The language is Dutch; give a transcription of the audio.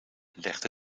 legde